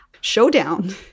showdown